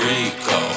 Rico